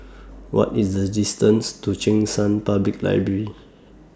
What IS The distance to Cheng San Public Library